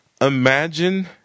imagine